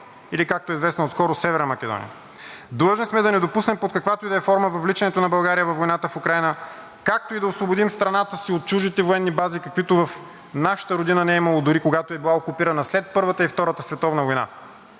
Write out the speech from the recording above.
или, както е известна отскоро – Северна Македония. Длъжни сме да не допуснем под каквато и да е форма въвличането на България във войната в Украйна, както и да освободим страната си от чуждите военни бази, каквито в нашата родина не е имало дори когато е била окупирана след Първата и Втората световна война.